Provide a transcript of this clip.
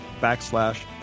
backslash